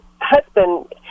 husband